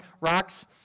rocks